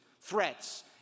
threats